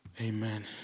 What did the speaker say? Amen